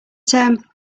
term